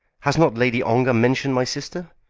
has not lady ongar mentioned my sister?